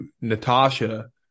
natasha